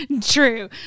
true